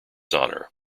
honour